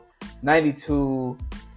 92